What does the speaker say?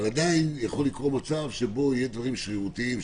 אבל עדיין יכול לקרות מצב שבו יהיו דברים שרירותיים,